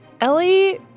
Ellie